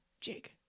Jig